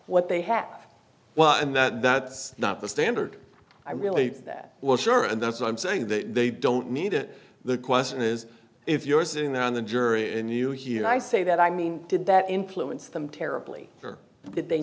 what they have well and that that's not the standard i relate that well sure and that's why i'm saying that they don't need it the question is if you're sitting on the jury and you hear and i say that i mean did that influence them terribly or did they